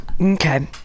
Okay